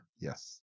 Yes